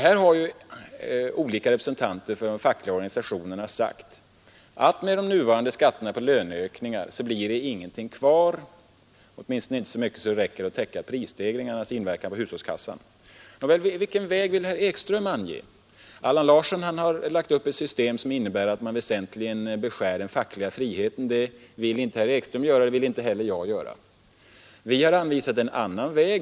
Här har alltså representanter för de fackliga organisationerna sagt att med de nuvarande skatterna på löneökningarna blir det ingenting kvar, i varje fall inte så mycket att det räcker att täcka prisstegringarnas inverkan på hushållskassan. Vilken väg vill herr Ekström ange? Allan Larsson har lagt upp ett system som innebär att man väsentligen beskär den fackliga friheten. Det vill inte herr Ekström göra, och det vill inte heller jag göra. Vi har anvisat en annan väg.